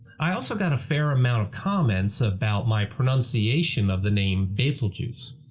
i also got a fair amount of comments about my pronunciation of the name a betelgeuse.